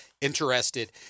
interested